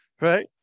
right